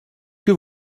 que